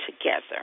together